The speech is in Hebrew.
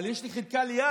אבל יש לי חלקה ליד,